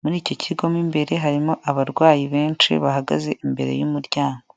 muri icyo kigo mo imbere harimo abarwayi benshi bahagaze imbere y'umuryango.